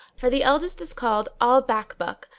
for the eldest is called al-bakbuk,